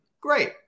great